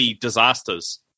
Disasters